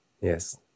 Yes